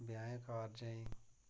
ब्याह् कारजें